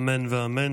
אמן ואמן.